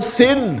sin